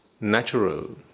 natural